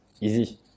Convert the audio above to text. easy